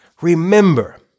Remember